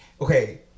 Okay